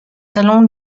salons